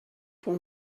pour